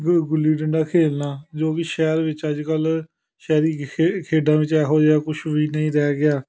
ਹ ਗੁੱਲੀ ਡੰਡਾ ਖੇਲਣਾ ਜੋ ਵੀ ਸ਼ਹਿਰ ਵਿੱਚ ਅੱਜ ਕੱਲ੍ਹ ਸ਼ਹਿਰੀ ਖੇ ਖੇਡਾਂ ਵਿੱਚ ਇਹੋ ਜਿਹਾ ਕੁਛ ਵੀ ਨਹੀਂ ਰਹਿ ਗਿਆ